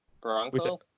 Bronco